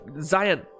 Zion